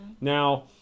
Now